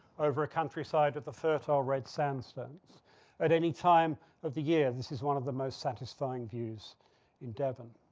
over a countryside of the fertile red sandstones at any time of the year, this is one of the most satisfying views in devon.